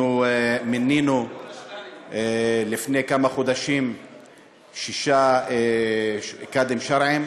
אנחנו מינינו לפני כמה חודשים שישה קאדים שרעיים: